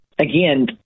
Again